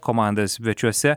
komanda svečiuose